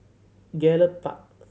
Gallop Park